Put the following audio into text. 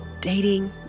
dating